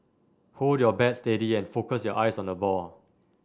hold your bat steady and focus your eyes on the ball